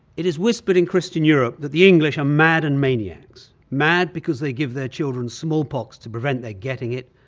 it is whispered in christian europe that the english are mad and maniacs mad because they give their children smallpox to prevent their getting it,